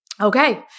Okay